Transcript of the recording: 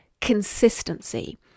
consistency